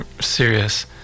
serious